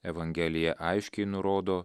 evangelija aiškiai nurodo